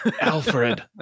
Alfred